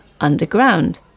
underground